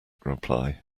reply